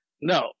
No